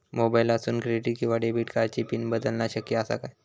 मोबाईलातसून क्रेडिट किवा डेबिट कार्डची पिन बदलना शक्य आसा काय?